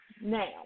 Now